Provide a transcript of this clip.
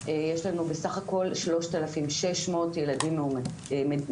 יש לנו בסך הכל 3,600 ילדים מבודדים.